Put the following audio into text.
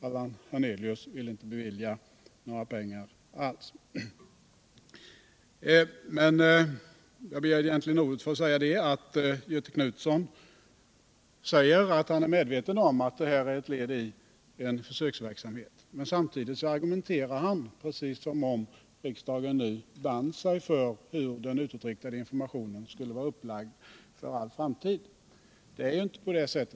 Allan Hernelius vill inte bevilja några pengar alls. Göthe Knutson säger att han är medveten om att det här är ett led i en försöksverksamhet. Men samtidigt argumenterar han precis som om riksdagen band sig för hur den utåtriktac.e informationen skall läggas upp för all framtid.